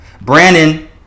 Brandon